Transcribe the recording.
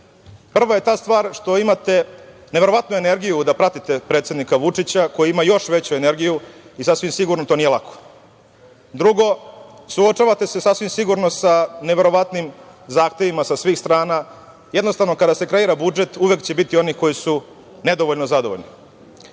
Prva je stvar što imate neverovatnu energiju da pratite predsednika Vučića koji ima još veću energiju i sasvim sigurno da to nije lako. Drugo, suočavate se, sasvim sigurno, sa neverovatnim zahtevima sa svih strana. Jednostavno, kada se kreira budžet, uvek će biti onih koji su nedovoljno zadovoljni.Međutim,